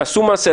תעשו מעשה.